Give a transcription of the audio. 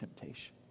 temptation